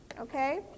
okay